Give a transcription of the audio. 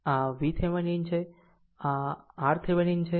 આ VThevenin છે અને આ RThevenin છે આ RThevenin છે